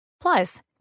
Plus